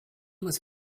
was